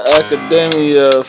academia